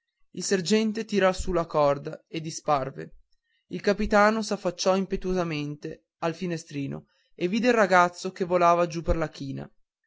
il sergente tirò su la corda e disparve il capitano s'affacciò impetuosamente al finestrino e vide il ragazzo che volava giù per la china